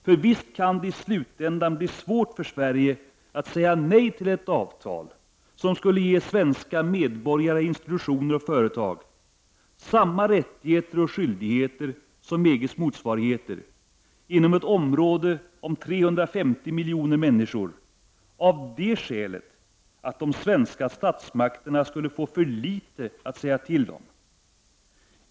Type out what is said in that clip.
För visst kan det i slutändan bli svårt för Sverige att säga nej till ett avtal, som skulle ge svenska medborgare, institutioner och företag samma rättigheter och skyldigheter som EG:s motsvarigheter inom ett område om 350 miljoner människor, av det skälet att de svenska statsmakterna skulle få för litet att säga till om.